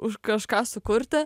už kažką sukurti